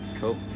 cool